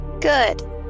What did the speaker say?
Good